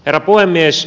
herra puhemies